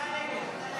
אתה נגד, אתה נגד.